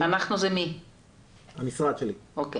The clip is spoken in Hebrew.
אין